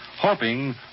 hoping